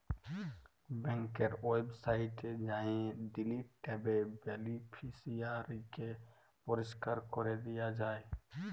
ব্যাংকের ওয়েবসাইটে যাঁয়ে ডিলিট ট্যাবে বেলিফিসিয়ারিকে পরিষ্কার ক্যরে দিয়া যায়